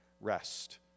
rest